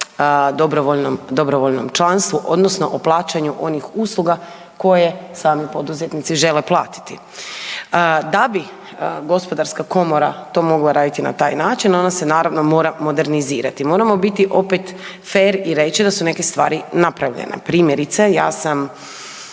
dobrovoljnom članstvu odnosno o plaćanju onih usluga koje sami poduzetnici žele platiti. Da bi HGK to mogla raditi na taj način ona se naravno mora modernizirati. Moramo biti opet fer i reći da su neke stvari napravljene, primjerice ja sam